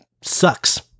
sucks